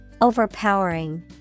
Overpowering